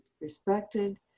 respected